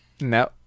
No